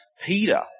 Peter